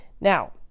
now